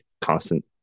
constant